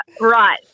Right